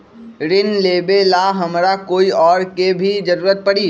ऋन लेबेला हमरा कोई और के भी जरूरत परी?